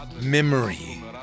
memory